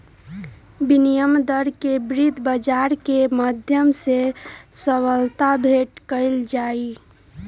विनिमय दर के वित्त बाजार के माध्यम से सबलता भेंट कइल जाहई